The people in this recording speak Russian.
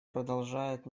продолжает